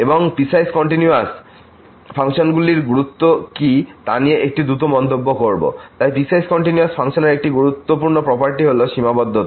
এবং এই piecewise continuous ফাংশনগুলির গুরুত্ব কী তা নিয়ে একটি দ্রুত মন্তব্য করবো তাই পিসওয়াইস কন্টিনিউয়াস ফাংশনের একটি গুরুত্বপূর্ণ প্রপার্টি হল সীমাবদ্ধতা